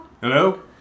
Hello